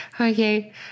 Okay